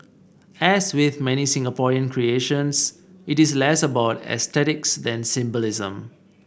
as with many Singaporean creations it is less about aesthetics than symbolism